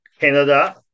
Canada